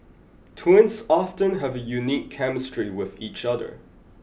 twins often have a unique chemistry with each other